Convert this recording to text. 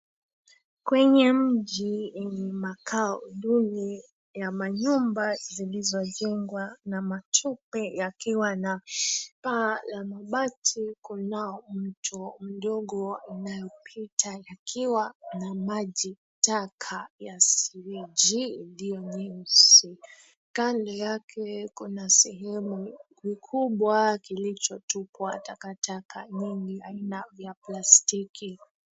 Kwenye mji yenye makao duni ya manyumba zilizojengwa na machupe yakiwa na paa la mabati kunao mtu mdogo anayepita akiwa ana majitaka ya sewaji iliyo nyeusi. Kando yake kuna sehemu kikubwa kilichotupwwa taka nyingi za aina vya plastiki.